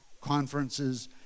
conferences